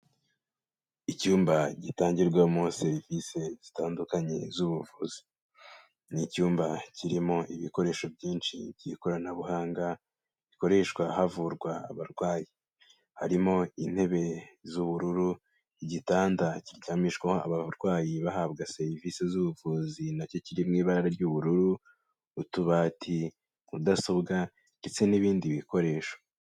Icyumba gitangirwamo serivisi zitandukanye z'ubuvuzi, ni icyumba kirimo ibikoresho byinshi by'ikoranabuhanga bikoreshwa havurwa abarwayi, harimo intebe z'ubururu, igitanda kiryamishwaho abarwayi bahabwa serivisi z'ubuvuzi na cyo kiri mu ibara ry'ubururu, utubati, mudasobwa ndetse n'ibindi bikoresho.